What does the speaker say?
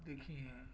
دیکھی ہیں